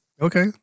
Okay